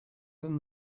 than